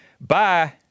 Bye